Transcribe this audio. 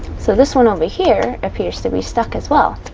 so this one over here appears to be stuck as well.